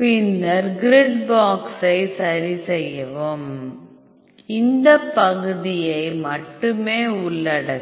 பின்னர் grid box ஐ சரி செய்யவும் இது இந்த பகுதியை மட்டுமே உள்ளடக்கும்